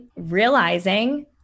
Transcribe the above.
realizing